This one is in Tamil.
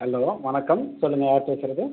ஹலோ வணக்கம் சொல்லுங்கள் யார் பேசுவது